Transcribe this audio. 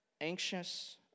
anxious